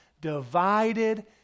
divided